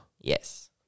Yes